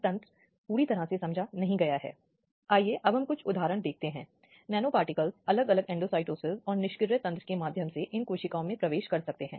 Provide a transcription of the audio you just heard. संदर्भ समय को देखें 1713 अब इसके अलावा आपराधिक प्रक्रिया के कोड में कुछ अन्य प्रावधान हैं